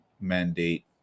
mandate